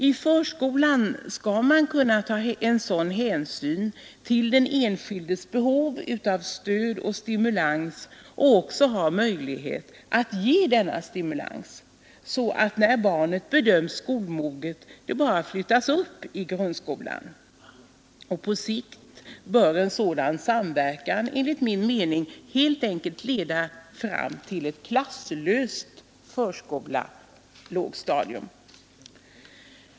I förskolan skall man kunna ta en sådan hänsyn till den enskildes behov av stöd och stimulans och också ha möjlighet att ge denna så att när barnet bedöms skolmoget det bara flyttas upp i grundskolan. På sikt bör en sådan samverkan helt enkelt leda fram till en klasslös kombination av förskola lågstadium.